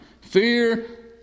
Fear